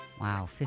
wow